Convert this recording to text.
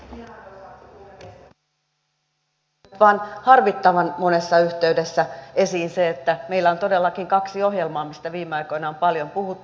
sillä tavalla käy nyt vain harmittavan monessa yhteydessä esiin se että meillä on todellakin kaksi ohjelmaa mistä viime aikoina on paljon puhuttu